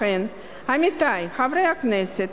לכן, עמיתי חברי הכנסת,